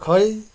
खै